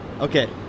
Okay